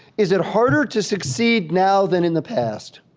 is it harder to succeed now than in the past?